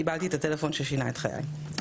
קיבלתי את הטלפון ששינה את חיי.